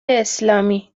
اسلامی